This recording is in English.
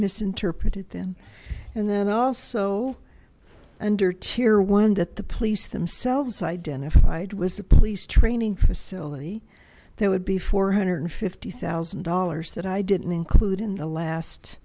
misinterpreted then and then also under tear one that the police themselves identified was a police training facility there would be four hundred fifty thousand dollars that i didn't include in the last